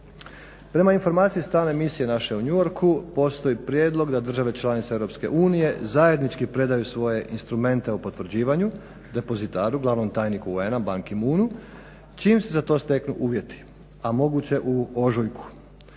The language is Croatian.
Prema informaciji stalne misije naše u New Yorku postoji prijedlog da države članice EU zajednički predaju svoje instrumente o potvrđivanju depozitaru, glavnom tajniku UN-a Ban Ki-moonu čim se za to steknu uvjeti, a moguće u ožujku.